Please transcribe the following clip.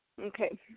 Okay